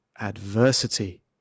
adversity